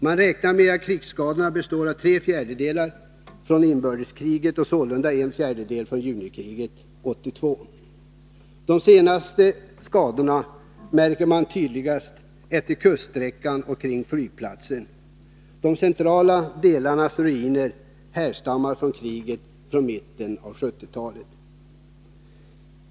Man räknar med att av krigsskadorna tre fjärdedelar kommer från inbördeskrigen och sålunda en fjärdedel från junikriget 1982. De senaste skadorna märks tydligast efter kuststräckan och kring flygplatsen. De centrala delarnas ruiner härstammar från krigen från mitten av 1970-talet.